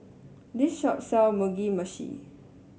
this shop sells Mugi Meshi